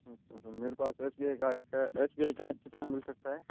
अच्छा सर मेरे पास एस बी आई कार्ड था एस बी आई का है कितना मिल सकता है